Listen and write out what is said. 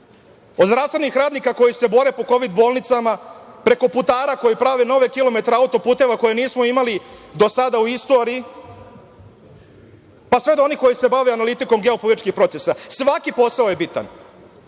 od zdravstvenih radnika koji se bore po kovid bolnicama, preko putara koji prave nove kilometre auto-puteva koje nismo imali do sada u istoriji, pa sve do onih koji se bave analitikom geopolitičkih procesa. Svaki posao je bitan.